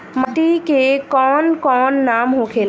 माटी के कौन कौन नाम होखेला?